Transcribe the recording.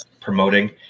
promoting